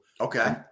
okay